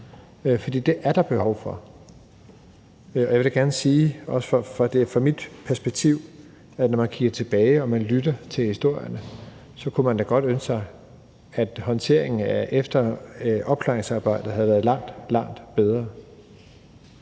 for det er der behov for. Og jeg vil da gerne sige, at fra mit perspektiv, når man kigger tilbage og man lytter til historien, kunne man da godt ønske sig, at håndteringen og opklaringsarbejdet havde været langt,